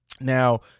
Now